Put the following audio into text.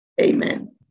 Amen